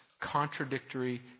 contradictory